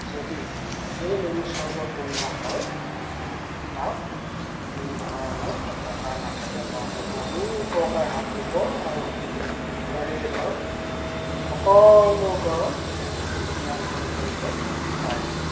যদি এই নেমু চৰব বনোৱা হয় তাত কোনো ধৰণৰ অপকাৰ নাথাকে বৰঞ্চ বহু উপকাৰ সাধিব আৰু শৰীৰৰ সকলো গৰম নিয়ন্ত্ৰণ কৰিব পাৰিব